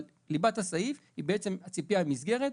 אבל ליבת הסעיף היא הציפייה ממסגרת,